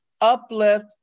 uplift